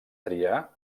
triar